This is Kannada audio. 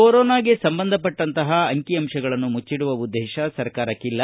ಕೊರೋನಾಗೆ ಸಂಬಂಧಪಟ್ಟಂತಹ ಅಂಕಿ ಅಂತಗಳನ್ನು ಮುಚ್ಚಿಡುವ ಉದ್ದೇಶ ಸರ್ಕಾರಕ್ಕಿಲ್ಲ